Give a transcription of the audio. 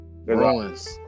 Ruins